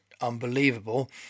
unbelievable